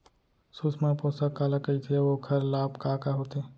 सुषमा पोसक काला कइथे अऊ ओखर लाभ का का होथे?